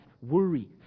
worry